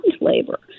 labor